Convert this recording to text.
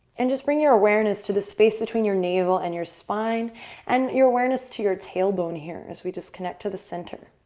and just bring your awareness to the space between your navel and your spine and your awareness to your tailbone here as we just connect to the center.